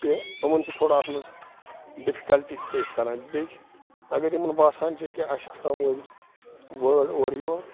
کہِ یِمَن چھِ تھوڑا اَتھ منٛز ڈِفکَلٹی فیس کَران بیٚیہِ اگر یِمَن باسان چھِ أکیٛاہ اَسہِ ہسا ؤنۍ وٲڈ اورٕ یور